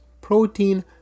protein